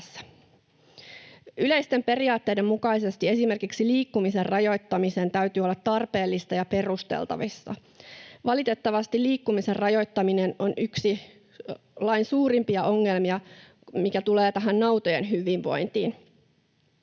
Yleisten periaatteiden mukaisesti esimerkiksi liikkumisen rajoittamisen täytyy olla tarpeellista ja perusteltavissa. Valitettavasti liikkumisen rajoittaminen on yksi lain suurimpia ongelmia, mikä tulee tähän nautojen hyvinvointiin,